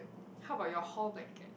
how about your hall blanket